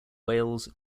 wales